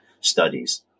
studies